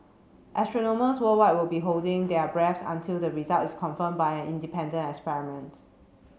astronomers worldwide will be holding their breath until the result is confirmed by an independent experiment